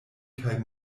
kaj